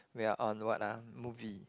we are on what ah movie